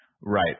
Right